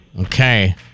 Okay